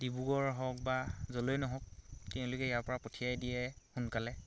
ডিব্ৰুগড় হওক বা য'লেই নহওক তেওঁলোকে ইয়াৰ পৰা পঠিয়াই দিয়ে সোনকালে